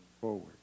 Forward